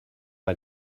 mal